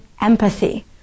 empathy